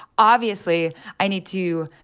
obviously, i need to